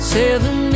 seven